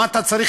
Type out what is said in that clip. מה אתה צריך,